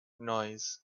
noise